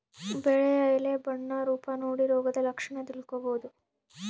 ಬೆಳೆಯ ಎಲೆ ಬಣ್ಣ ರೂಪ ನೋಡಿ ರೋಗದ ಲಕ್ಷಣ ತಿಳ್ಕೋಬೋದು